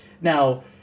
Now